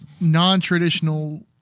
non-traditional